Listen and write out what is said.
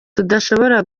tudashobora